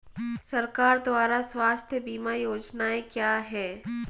सरकार द्वारा स्वास्थ्य बीमा योजनाएं क्या हैं?